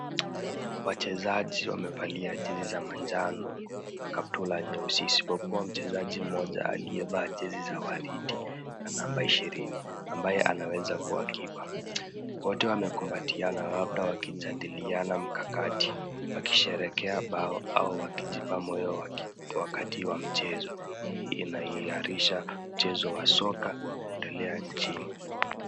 Wachezaji wamevalia jezi za manjano na kaptula nyeusi isipokua mchezaji mmoja aliyevaa jezi za waridi na namba ishirini ambaye anawezakua kipa. Wote wamekumbatiana labda wakijadiliana mkakati wakisherehekea bao au wakijipa moyo wakati wa mchezo. Hii inahiarisha mchezo wa soka unaendelea nchini.